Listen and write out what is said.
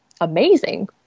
amazing